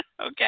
Okay